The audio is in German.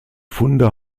funde